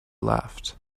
laughed